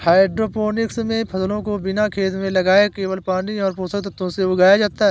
hydroponics मे फसलों को बिना खेत में लगाए केवल पानी और पोषक तत्वों से उगाया जाता है